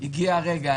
הגיע רגע,